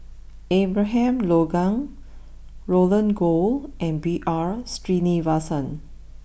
Abraham Logan Roland Goh and B R Sreenivasan